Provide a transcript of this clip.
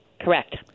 Correct